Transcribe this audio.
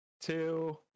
two